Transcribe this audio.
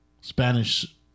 Spanish